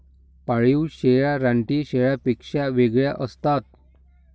पाळीव शेळ्या रानटी शेळ्यांपेक्षा वेगळ्या असतात